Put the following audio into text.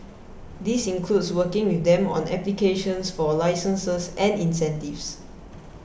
this includes working with them on applications for licenses and incentives